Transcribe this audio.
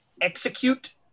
execute